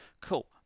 Cool